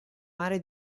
mare